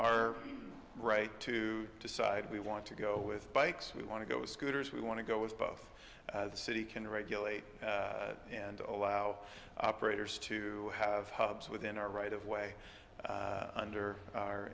our right to decide we want to go with bikes we want to go scooters we want to go with both the city can regulate and allow operators to have hubs within our right of way under our